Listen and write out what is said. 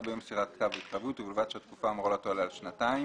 ביום מסירת כתב התחייבות ובלבד שהתקופה האמורה לא תעלה על שנתיים.